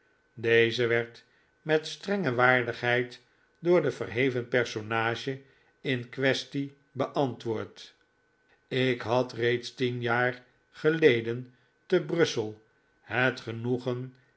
deze werd met strenge waardigheid door de verheven personage in quaestie beantwoord ik had reeds tien jaar geleden te brussel het genoegen